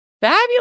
fabulous